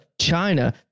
China